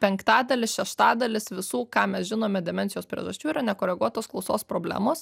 penktadalis šeštadalis visų ką mes žinome demencijos priežasčių yra nekoreguotos klausos problemos